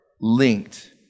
linked